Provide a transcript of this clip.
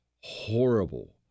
horrible